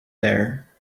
there